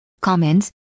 comments